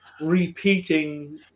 repeating